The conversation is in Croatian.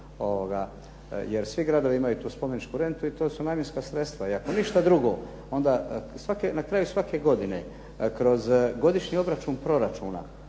jer svi gradovi imaju tu spomeničku rentu i to su namjenska sredstva i ako ništa drugo, onda na kraju svake godine kroz godišnji obračun proračuna